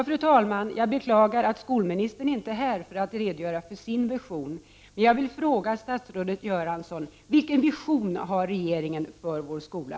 Fru talman! Jag beklagar att skolministern inte är här för att redogöra för sin vision. Jag vill fråga statsrådet Göransson: Vilken vision har regeringen för vår skola?